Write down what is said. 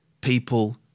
people